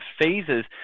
phases